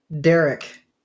Derek